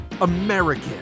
American